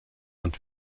und